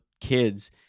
kids